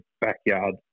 backyard